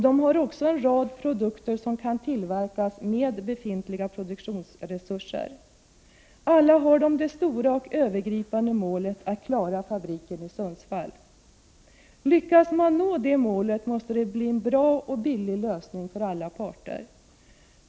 Det finns också en rad produkter som kan tillverkas med befintliga produktionsresurser. Alla har de det stora och övergripande målet att klara fabriken i Sundsvall. Lyckas man nå det målet, måste det bli en bra och billig lösning för alla parter.